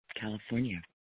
California